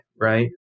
right